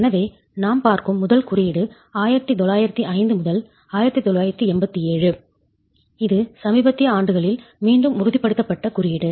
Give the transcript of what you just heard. எனவே நாம் பார்க்கும் முதல் குறியீடு 1905 1987 இது சமீபத்திய ஆண்டுகளில் மீண்டும் உறுதிப்படுத்தப்பட்ட குறியீடு